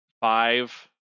five